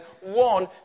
one